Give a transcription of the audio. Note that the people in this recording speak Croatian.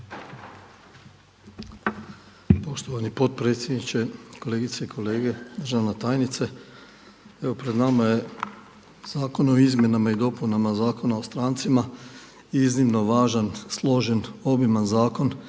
Poštovani potpredsjedniče, kolegice i kolege, državna tajnice. Evo pred nama je zakon o izmjenama i dopunama Zakona o strancima i iznimno važan, složen i obiman zakon